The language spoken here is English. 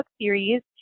series